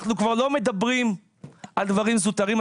אנחנו כבר לא מדברים על דברים זוטרים.